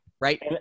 right